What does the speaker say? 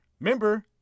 Remember